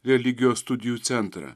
religijos studijų centrą